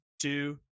two